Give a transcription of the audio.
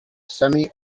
semi